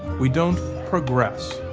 we don't progress.